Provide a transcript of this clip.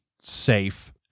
safe